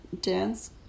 dance